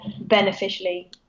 beneficially